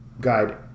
guide